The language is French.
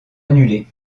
annulés